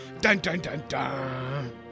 Dun-dun-dun-dun